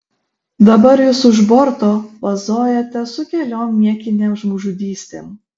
dabar jūs už borto vazojatės su keliom niekinėm žmogžudystėm